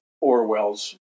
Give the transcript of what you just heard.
Orwell's